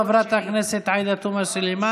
חברת הכנסת עאידה תומא סלימאן,